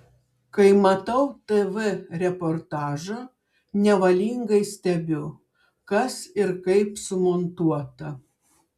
kai matau tv reportažą nevalingai stebiu kas ir kaip sumontuota